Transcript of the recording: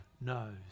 knows